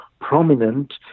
prominent